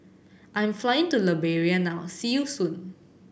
I'm flying to Liberia now see you soon